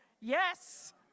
Yes